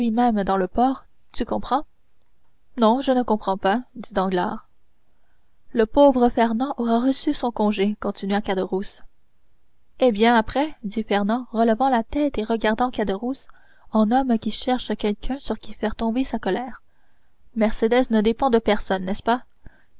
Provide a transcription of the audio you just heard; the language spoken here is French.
dans le port tu comprends non je ne comprends pas dit danglars le pauvre fernand aura reçu son congé continua caderousse eh bien après dit fernand relevant la tête et regardant caderousse en homme qui cherche quelqu'un sur qui faire tomber sa colère mercédès ne dépend de personne n'est-ce pas